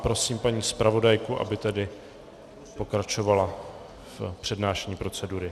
Prosím paní zpravodajku, aby pokračovala v přednášení procedury.